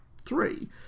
three